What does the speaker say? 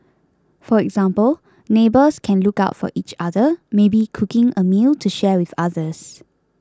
for example neighbours can look out for each other maybe cooking a meal to share with others